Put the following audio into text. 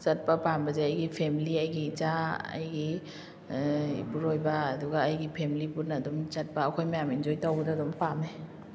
ꯆꯠꯄ ꯄꯥꯝꯕꯁꯦ ꯑꯩꯒꯤ ꯐꯦꯃꯤꯂꯤ ꯑꯩꯒꯤ ꯏꯆꯥ ꯑꯩꯒꯤ ꯏꯄꯨꯔꯣꯏꯕ ꯑꯗꯨꯒ ꯑꯩꯒꯤ ꯐꯦꯃꯤꯂꯤ ꯄꯨꯟꯅ ꯑꯗꯨꯝ ꯆꯠꯄ ꯑꯩꯈꯣꯏ ꯃꯌꯥꯝ ꯑꯦꯟꯖꯣꯏ ꯇꯧꯕꯗ ꯑꯗꯨꯝ ꯄꯥꯝꯃꯦ